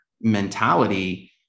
mentality